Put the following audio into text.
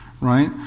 right